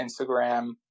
Instagram